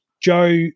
Joe